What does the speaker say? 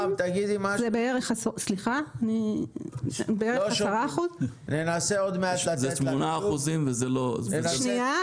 בערך 10%. זה 8% וזה לא --- שנייה,